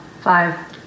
Five